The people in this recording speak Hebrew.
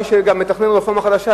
מי שגם מתכנן רפורמה חדשה,